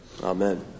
amen